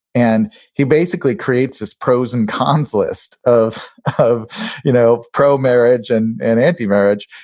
and he basically creates this pros and cons list of of you know pro-marriage and and anti-marriage.